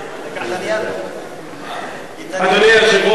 אדוני היושב-ראש, חברי חברי הכנסת, השרים,